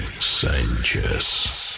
Sanchez